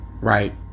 Right